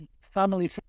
family